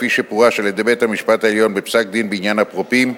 כפי שפורש על-ידי בית-המשפט העליון בפסק-דין בעניין "אפרופים",